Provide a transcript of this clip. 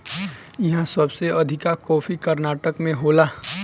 इहा सबसे अधिका कॉफ़ी कर्नाटक में होला